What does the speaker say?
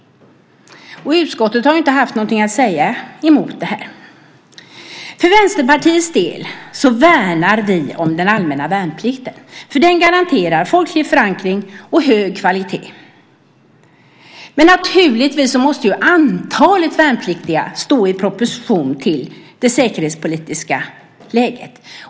Utskottet har inte haft något att säga mot detta. Vi i Vänsterpartiet värnar om den allmänna värnplikten eftersom den garanterar folklig förankring och hög kvalitet. Men naturligtvis måste antalet värnpliktiga stå i proportion till det säkerhetspolitiska läget.